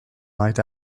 night